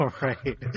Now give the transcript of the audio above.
right